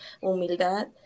humildad